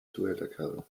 zuhälterkarre